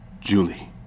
Julie